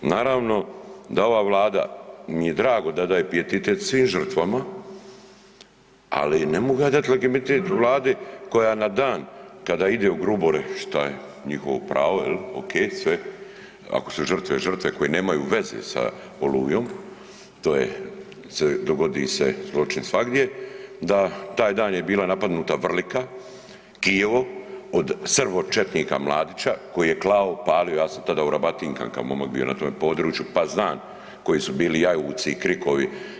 Naravno, da ova Vlada mi je drago da daje pijetet svim žrtvama, ali ne mogu ja dati legitimitet Vladi koja na dan kada idu u Grubore, što je njihovo pravo, je li, okej sve, ako su žrtve, žrtve, koje nemaju veze sa Olujom, to je, se dogodi se zločin svagdje da taj dan je bila napadnuta Vrlika, Kijevo od srbočetnika Mladića koji je klao, palio, ja sam tada u rebatinkama momak bio na tome području pa znam koji su bili jauci i krikovi.